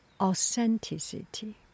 authenticity